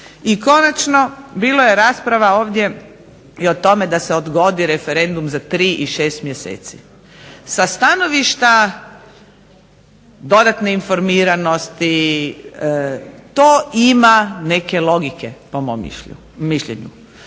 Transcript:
I konačno bilo je rasprava ovdje i o tome da se odgodi referendum za tri i šest mjeseci. Sa stanovišta dodatne informiranosti to ima neke logike, po mom mišljenju.